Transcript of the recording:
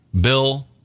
bill